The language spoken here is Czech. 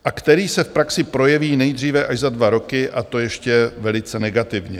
A který se v praxi projeví nejdříve až za dva roky, a to ještě velice negativně.